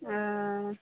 हँ